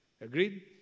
agreed